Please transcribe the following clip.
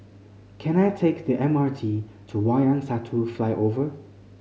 can I take the M R T to Wayang Satu Flyover